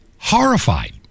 Horrified